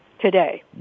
today